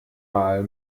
mal